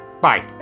Bye